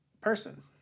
person